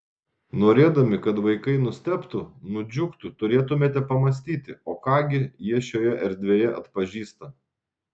norėdami kad vaikai nustebtų nudžiugtų turėtumėme pamąstyti o ką gi jie šioje erdvėje atpažįsta